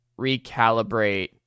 recalibrate –